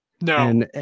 no